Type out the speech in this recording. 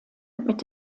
mit